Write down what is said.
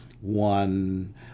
one